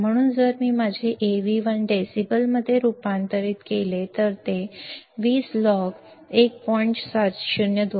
म्हणून जर मी माझे Av1 डेसिबलमध्ये रूपांतरित केले तर ते आहे 20 log 1